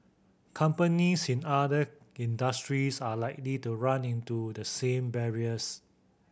companies in other industries are likely to run into the same barriers